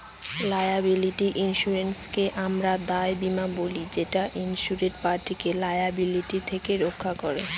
liability ইন্সুরেন্সকে আমরা দায় বীমা বলি যেটা ইন্সুরেড পার্টিকে লায়াবিলিটি থেকে রক্ষা করে